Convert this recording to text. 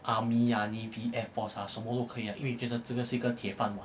army ah navy air force ah 什么都可以因为觉得这是一个铁饭碗